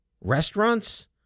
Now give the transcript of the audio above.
restaurants